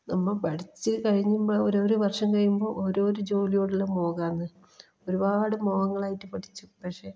നമ്മൾ പഠിച്ച് കഴിയുമ്പോൾ ഓരോരോ വർഷം കഴിയുമ്പോൾ ഓരോരോ ജോലിയോടുള്ള മോഹാമാണ് ഒരുപാട് മോഹങ്ങളായിട്ട് പഠിച്ചു പക്ഷേ